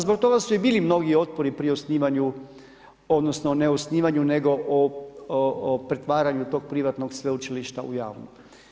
Zbog toga su i bili mnogi otpori pri osnivanju, odnosno ne osnivanju nego o pretvaranju tog privatnog sveučilišta u javno.